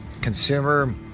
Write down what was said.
consumer